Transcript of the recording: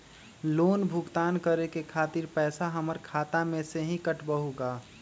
Loan भुगतान करे के खातिर पैसा हमर खाता में से ही काटबहु का?